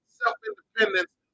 self-independence